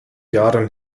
jahren